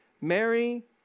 Mary